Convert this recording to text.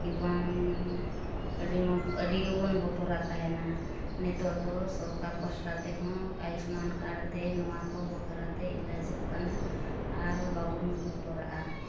ᱠᱤ ᱵᱟᱝ ᱟᱹᱰᱤ ᱜᱮᱵᱚᱱ ᱵᱚᱛᱚᱨᱟᱜ ᱛᱟᱦᱮᱱᱟ ᱱᱤᱛᱚᱜ ᱫᱚ ᱥᱚᱨᱠᱟᱨ ᱯᱟᱥᱴᱟ ᱛᱮᱦᱚᱸ ᱟᱹᱭᱩᱥᱢᱟᱱ ᱠᱟᱨᱰ ᱟᱛᱮ ᱱᱚᱣᱟ ᱠᱚ ᱵᱟᱠᱷᱨᱟᱛᱮ ᱮᱞᱟᱡᱚᱜ ᱠᱟᱱᱟ ᱟᱨ ᱵᱟᱵᱚᱱ ᱵᱚᱛᱚᱨᱚᱜᱼᱟ